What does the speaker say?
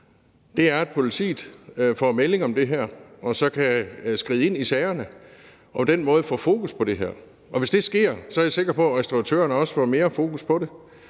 nemlig at politiet får melding om det her og så kan skride ind i sagerne og på den måde få fokus på det her. Hvis det sker, er jeg sikker på, at restauratørerne også får mere fokus på det.